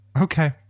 okay